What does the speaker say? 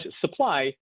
supply